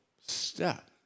step